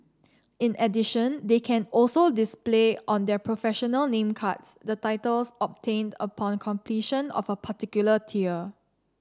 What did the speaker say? in addition they can also display on their professional name cards the titles obtained upon completion of a particular tier